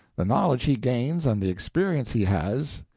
the knowledge he gains and the experiences he has,